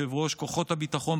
ראש האופוזיציה,